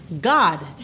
God